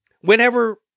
whenever